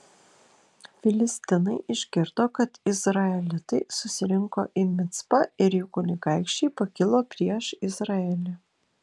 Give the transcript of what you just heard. filistinai išgirdo kad izraelitai susirinko į micpą ir jų kunigaikščiai pakilo prieš izraelį